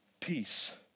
peace